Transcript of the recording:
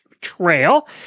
Trail